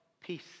Peace